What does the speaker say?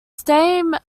same